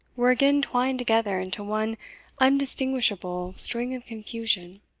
were again twined together into one undistinguishable string of confusion.